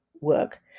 work